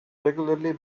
regularly